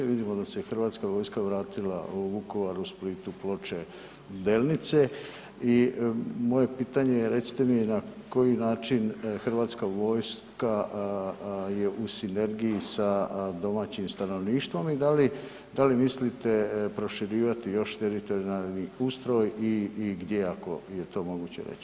Vidimo da se Hrvatska vojska vratila u Vukovar, u Split, u Ploče, Delnice i moje pitanje je – recite mi na koji način Hrvatska vojska je u sinergiji sa domaćim stanovništvom i da li mislite proširivati još teritorijalni ustroj i gdje - ako je to moguće reći.